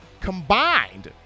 combined